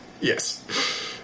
Yes